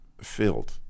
filled